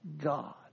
God